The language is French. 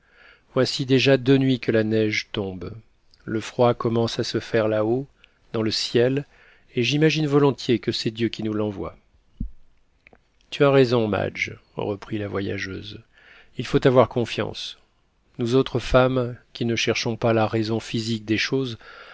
voici déjà deux nuits que la neige tombe le froid commence à se faire là-haut dans le ciel et j'imagine volontiers que c'est dieu qui nous l'envoie tu as raison madge reprit la voyageuse il faut avoir confiance nous autres femmes qui ne cherchons pas la raison physique des choses